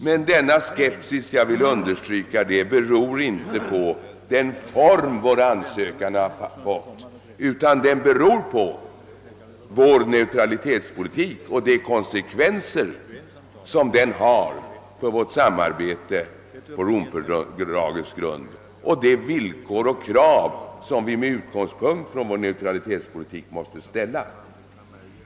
Jag vill emellertid understryka att denna skepsis inte beror på den form vår ansökan har fått, utan den beror på vår neutralitetspolitik och de konsekvenser som den har för vårt samarbete på Romfördragets grund och de villkor och krav som vi med utgångspunkt i vår neutralitetspolitik måste ställa.